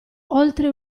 oltre